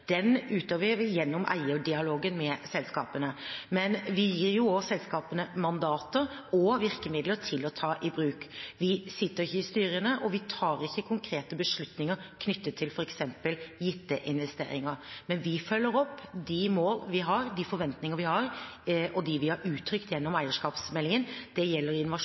Den utøver vi gjennom eierdialogen med selskapene. Men vi gir jo også selskapene mandater og virkemidler til å ta i bruk. Vi sitter ikke i styrene, og vi tar ikke konkrete beslutninger knyttet til f.eks. gitte investeringer, men vi følger opp de mål og forventninger vi har, og de vi har uttrykt gjennom eierskapsmeldingen. Det gjelder Innovasjon